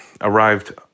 arrived